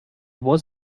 was